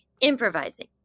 improvising